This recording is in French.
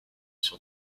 sur